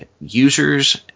users